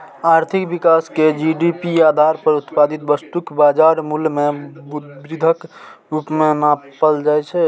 आर्थिक विकास कें जी.डी.पी आधार पर उत्पादित वस्तुक बाजार मूल्य मे वृद्धिक रूप मे नापल जाइ छै